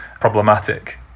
problematic